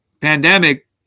pandemic